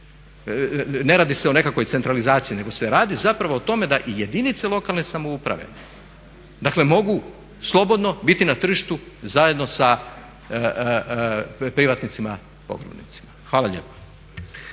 Ne radi se o nekakvoj centralizaciji nego se radi zapravo o tome da i jedinice lokalne samouprave dakle mogu slobodno biti na tržištu zajedno sa privatnicima pogrebnicima. Hvala lijepa.